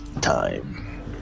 time